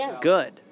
good